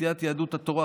סיעת יהדות התורה,